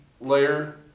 layer